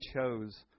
chose